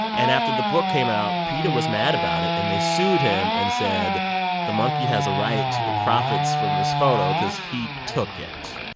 and after the book came out, peta was mad about it. and they sued him and said the monkey has a right to the profits from this photo because he took it.